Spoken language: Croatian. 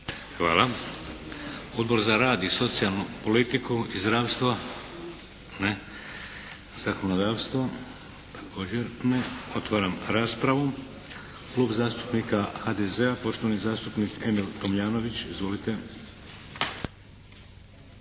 Hvala. Odbor za rad i socijalnu politiku i zdravstvo. Ne? Zakonodavstvo? Također ne. Otvaram raspravu. Klub zastupnika HDZ-a poštovani zastupnik Emil Tomljanović. Izvolite.